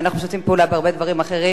ואנחנו משתפים פעולה בהרבה דברים אחרים.